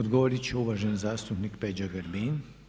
Odgovoriti će uvaženi zastupnik Peđa Grbin.